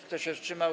Kto się wstrzymał?